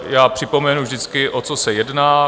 Já připomenu vždycky, o co se jedná.